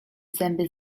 zęby